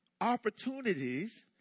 opportunities